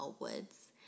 Woods